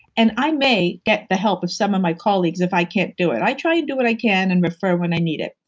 and i may get the help of some of my colleagues if i can't do it. i try and do what i can and refer when i need it.